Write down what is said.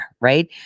right